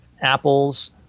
apples